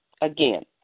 again